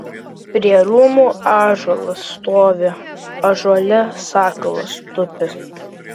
prie rūmų ąžuolas stovi ąžuole sakalas tupi